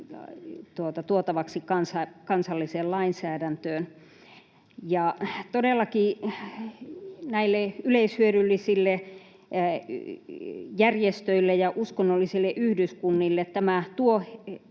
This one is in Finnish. tuotavaksi kansalliseen lainsäädäntöön. Todellakin yleishyödyllisille järjestöille ja uskonnollisille yhdyskunnille tuo